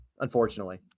Unfortunately